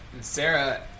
Sarah